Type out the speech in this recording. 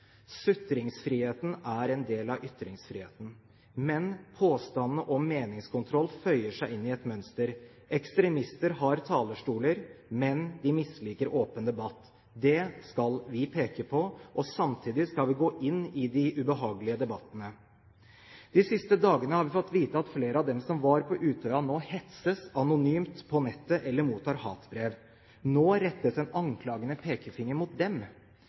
Sutringsfriheten er en del av ytringsfriheten, men påstanden om meningskontroll føyer seg inn i et mønster. Ekstremister har talerstoler, men de misliker åpen debatt. Det skal vi peke på. Samtidig skal vi gå inn i de ubehagelige debattene. De siste dagene har vi fått vite at flere av dem som var på Utøya, nå hetses anonymt på nettet eller mottar hatbrev. Nå rettes en anklagende pekefinger mot dem.